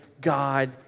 God